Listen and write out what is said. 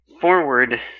forward